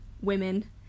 women